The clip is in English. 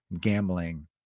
gambling